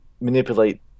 manipulate